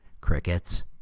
Crickets